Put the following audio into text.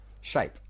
shape